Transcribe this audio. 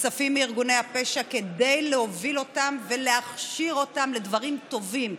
כספים מארגוני הפשע כדי להוביל אותם ולהכשיר אותם לדברים טובים,